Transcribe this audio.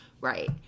Right